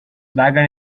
wagon